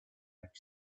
have